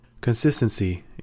Consistency